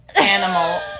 animal